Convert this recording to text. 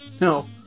no